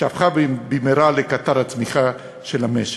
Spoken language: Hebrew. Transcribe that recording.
שהפכה במהרה לקטר הצמיחה של המשק.